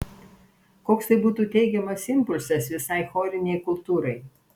koks tai būtų teigiamas impulsas visai chorinei kultūrai